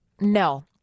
No